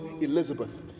Elizabeth